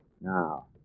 Now